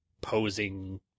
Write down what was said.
posing